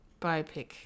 biopic